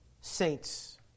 saints